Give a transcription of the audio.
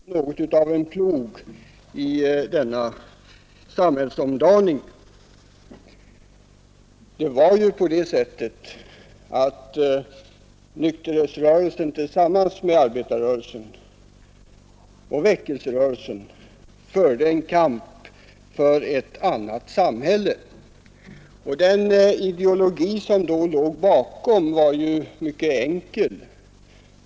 Fru talman! Finansministern hade vänligheten att säga några ord till uppbyggelse för nykterhetsrörelsen i det här landet. Jag skulle i all stillhet vilja replikera honom, när han läser det här protokollet, att arbetarrörelsen har sugit oerhörda krafter ur denna nykterhetsrörelse — och det är fråga om det här landet med dess starka socialdemokrati hade varit där det är i dag om inte nykterhetsrörelsen hade varit något av en plog i denna samhällsomdaning. Nykterhetsrörelsen förde tillsammans med arbetarrörelsen och väckelserörelsen en kamp för ett annat samhälle, och den ideologi som då låg bakom var mycket enkel.